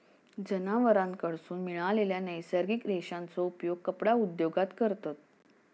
जनावरांकडसून मिळालेल्या नैसर्गिक रेशांचो उपयोग कपडा उद्योगात करतत